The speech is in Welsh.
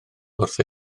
wrth